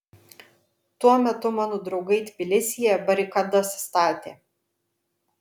tuo metu mano draugai tbilisyje barikadas statė